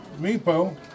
Meepo